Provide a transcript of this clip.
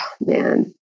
man